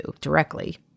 directly